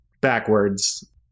backwards